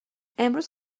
امروز